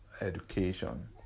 education